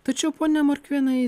tačiau pone morkvėnai